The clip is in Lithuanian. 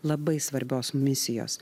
labai svarbios misijos